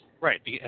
Right